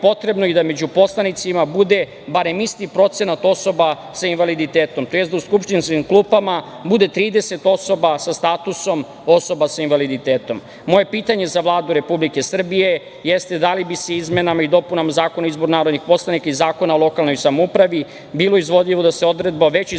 potrebno i da među poslanicima bude barem isti procenat osoba sa invaliditetom, tj. da u skupštinskim klupama bude 30 osoba sa statusom osoba sa invaliditetom. Moje pitanje za Vladu Republike Srbije jeste da li bi izmenama i dopunama Zakona o izboru narodnih poslanika i Zakona o lokalnoj samoupravi bilo izvodljivo da se odredba o